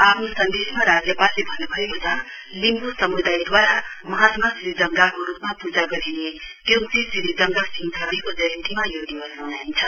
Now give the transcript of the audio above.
आफ्नो सन्देशमा राज्यपालले भन्न्भएको छ लिम्ब् सम्दयद्वारा महात्मा श्रीजगांको रुपमा पूजा गरिने त्योङसी सिरिजगां सिङथावेको जयन्तीमा यो दिवस मनाइन्छ